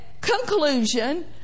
conclusion